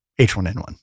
H1N1